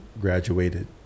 graduated